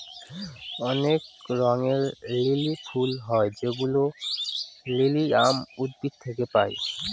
অনেক রঙের লিলি ফুল হয় যেগুলো লিলিয়াম উদ্ভিদ থেকে পায়